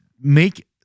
make